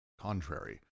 Contrary